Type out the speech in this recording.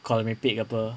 kalau merepek ke apa